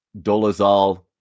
Dolazal